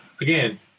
again